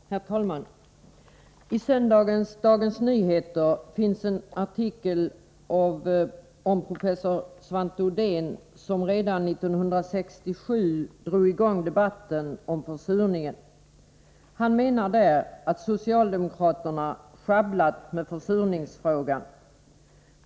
Herr talman! I söndagens nummer av Dagens Nyheter finns en artikel om professor Svante Odén, som redan 1967 drog i gång debatten om försurningen. Han menar att socialdemokraterna sjabblat med försurningsfrågan.